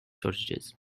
shortages